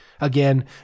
again